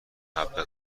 حبه